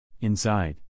Inside